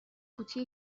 قوطی